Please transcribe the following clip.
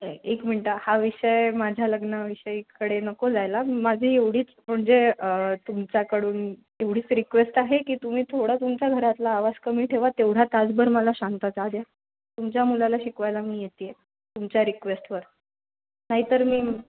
ए एक मिनटं हा विषय माझ्या लग्नविषयीकडे नको जायला माझी एवढीच म्हणजे तुमच्याकडून एवढीच रिक्वेस्ट आहे की तुम्ही थोडा तुमच्या घरातला आवाज कमी ठेवा तेवढा तासभर मला शांतता द्या तुमच्या मुलाला शिकवायला मी येते आहे तुमच्या रिक्वेस्टवर नाहीतर मी